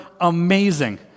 amazing